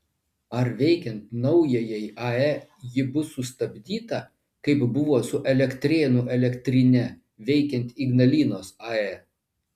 ar veikiant naujajai ae ji bus sustabdyta kaip buvo su elektrėnų elektrine veikiant ignalinos ae